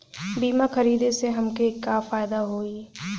बीमा खरीदे से हमके का फायदा होई?